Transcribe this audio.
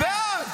--- בעד.